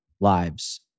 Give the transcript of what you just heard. lives